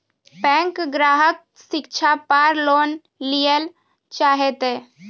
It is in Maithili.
बैंक ग्राहक शिक्षा पार लोन लियेल चाहे ते?